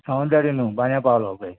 सावंतवाडी न्हय बान्या पावलो हो पळय